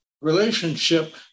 relationship